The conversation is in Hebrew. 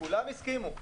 כולם הסכימו,